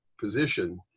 position